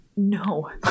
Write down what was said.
No